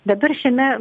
dabar šiame